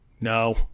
no